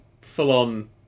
full-on